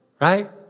right